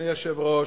אדוני היושב-ראש,